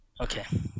okay